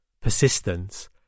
persistence